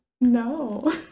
no